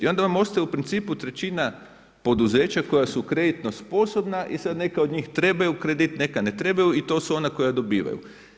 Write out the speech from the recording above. I onda vam ostaje, u principu, trećina poduzeća koja su kreditno sposobna i sad neka od njih trebaju kredit, neka ne trebaju i to su ona koja dobivaju.